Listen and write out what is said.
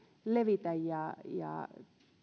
levitä